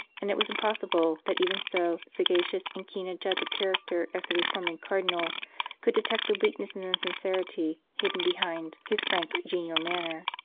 and it was impossible that even so sagacious and keen a judge of character as the reforming cardinal could detect the weakness and insincerity hidden behind his frank, genial manner.